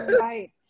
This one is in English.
Right